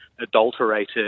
adulterated